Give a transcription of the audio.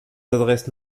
adresses